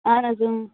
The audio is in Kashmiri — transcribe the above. اَہَن حَظ